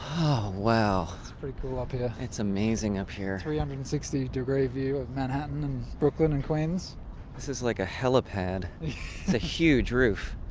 oh, wow. it's pretty cool up here it's amazing up here three hundred and sixty degree view of manhattan and brooklyn and queens this is like a helipad it's a huge roof.